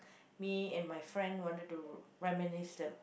me and my friend wanted to reminisce the